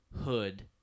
hood